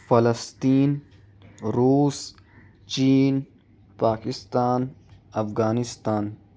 فلسطین روس چین پاکستان افغانستان